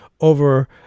over